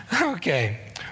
Okay